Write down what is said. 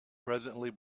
presently